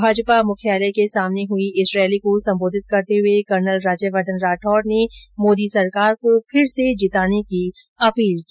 भाजपा मुख्यालय के सामने हुई इस रैली को संबोधित करते हुए कर्नल राज्यवर्द्वन राठौड ने मोदी सरकार को फिर से जिताने की अपील की